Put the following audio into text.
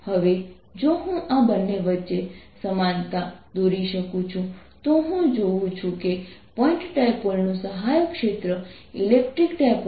તેથી જો હું ટોચ પરથી જોઉં તો આ પ્રવાહ આ રીતે ચાલે છે